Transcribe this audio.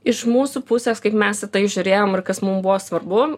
iš mūsų pusės kaip mes į tai žiūrėjom ir kas mum buvo svarbu